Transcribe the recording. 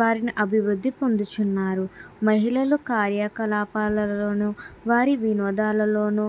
వారిని అభివృద్ధి పొందుచున్నారు మహిళలలోనూ కార్యకలాపలోనూ వారి వినోదాలలోనూ